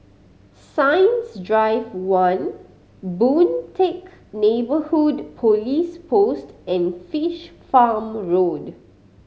Science Drive One Boon Teck Neighbourhood Police Post and Fish Farm Road